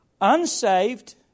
Unsaved